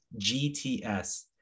GTS